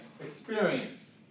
experience